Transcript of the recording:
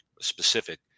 specific